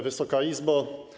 Wysoka Izbo!